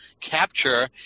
capture